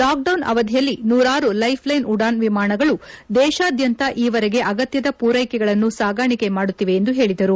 lockdown ಅವಧಿಯಲ್ಲಿ ನೂರಾರು lifeline Udan ವಿಮಾನಗಳು ದೇಶಾದ್ಧಂತ ಈವರೆಗೆ ಅಗತ್ತದ ಮೂರೈಕೆಗಳನ್ನು ಸಾಗಾಣಿಕೆ ಮಾಡುತ್ತಿವ ಎಂದು ಹೇಳಿದರು